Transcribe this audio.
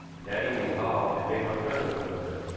and that evening hall had made him a present of the weapon,